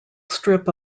strip